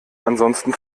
ansonsten